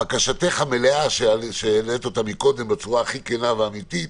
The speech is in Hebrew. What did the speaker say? בקשתך המלאה שהעלית אותה קודם בצורה הכי כנה ואמיתית